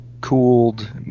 cooled